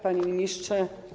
Panie Ministrze!